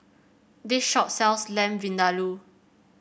this shop sells Lamb Vindaloo